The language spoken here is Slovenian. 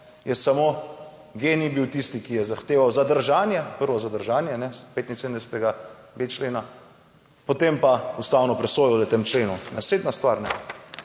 je samo GEN-I bil tisti, ki je zahteval zadržanje, prvo zadržanje 75.b člena, potem pa ustavno presojo v tem členu? Naslednja stvar,